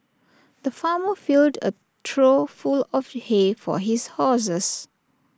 the farmer filled A trough full of hay for his horses